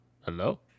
hello